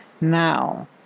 Now